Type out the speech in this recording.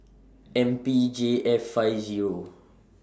M P J F five Zero